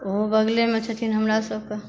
ओहो बगलेमे छथिन हमरासभके